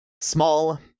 small